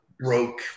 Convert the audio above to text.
broke